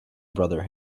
brother